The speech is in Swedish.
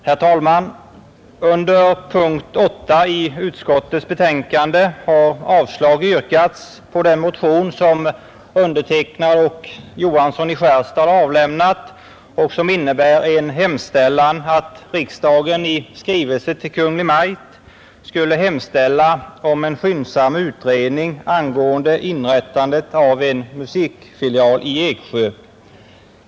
Herr talman! Under punkten 8 i utskottets betänkande har avslag yrkats på en motion av mig och herr Johansson i Skärstad, vari hemställes att riksdagen i skrivelse till Kungl. Maj:t skulle hemställa om en skyndsam utredning angående inrättande av en musikfilial i Eksjö.